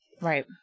Right